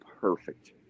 perfect